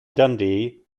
dundee